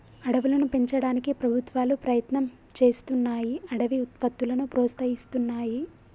అడవులను పెంచడానికి ప్రభుత్వాలు ప్రయత్నం చేస్తున్నాయ్ అడవి ఉత్పత్తులను ప్రోత్సహిస్తున్నాయి